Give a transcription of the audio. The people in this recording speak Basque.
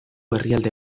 herrialde